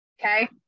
okay